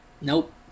Nope